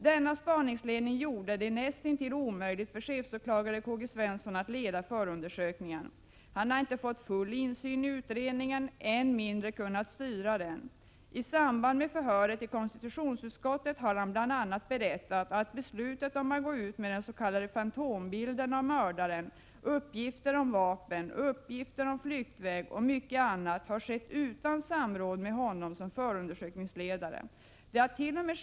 Denna spaningsledning gjorde det nästintill omöjligt för chefsåklagare K. G. Svensson att leda förundersökningen. Han har inte fått full insyn i utredningen, än mindre kunnat styra den. I samband med förhöret i konstitutionsutskottet har han bl.a. berättat att beslutet om att gå ut med den s.k. fantombilden av mördaren, uppgifter om vapen, uppgifter om flyktväg och mycket annat har skett utan samråd med honom som förundersökningsledare. Det hart.o.m.